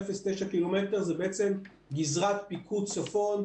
0 9 קילומטרים זה בעצם גזרת פיקוד צפון,